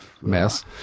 mess